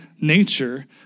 nature